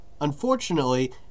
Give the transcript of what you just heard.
Unfortunately